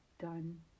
done